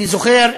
אני זוכר,